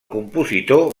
compositor